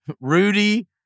Rudy